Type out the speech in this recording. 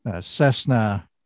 Cessna